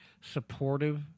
supportive